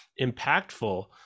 impactful